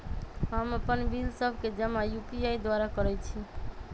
हम अप्पन बिल सभ के जमा यू.पी.आई द्वारा करइ छी